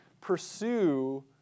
pursue